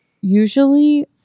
usually